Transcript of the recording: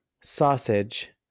sausage